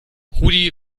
rudi